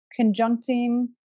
conjuncting